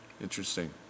Interesting